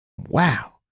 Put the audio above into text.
Wow